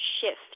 shift